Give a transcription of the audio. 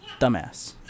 dumbass